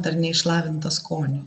ar neišlavintą skonį